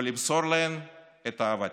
ולמסור להן את אהבתי.